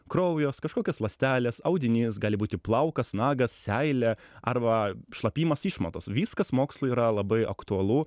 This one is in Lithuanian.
kraujas kažkokios ląstelės audinys gali būti plaukas nagas seilė arba šlapimas išmatos viskas mokslui yra labai aktualu